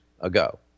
ago